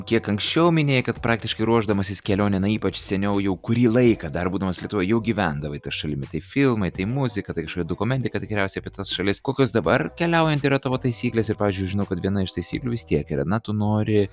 kiek anksčiau minėjai kad praktiškai ruošdamasis kelionei na ypač seniau jau kurį laiką dar būdamas lietuvoj jau gyvendavai ta šalimi tai filmai tai muzika tai kažkokia dokumentika tikriausiai apie tas šalis kokios dabar keliaujant yra tavo taisyklės ir pavyzdžiui žinau kad viena iš taisyklių vis tiek yra na tu nori